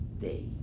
day